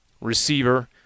receiver